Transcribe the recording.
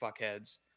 fuckheads